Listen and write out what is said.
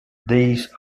these